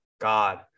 god